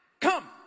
come